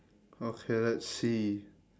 okay let's see